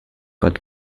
but